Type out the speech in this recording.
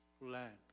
land